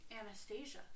Anastasia